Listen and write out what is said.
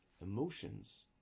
Emotions